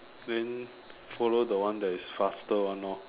then follow the one that is faster one hor